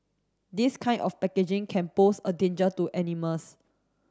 this kind of packaging can pose a danger to animals